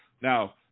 Now